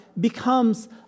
becomes